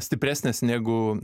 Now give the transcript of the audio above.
stipresnės negu